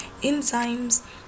Enzymes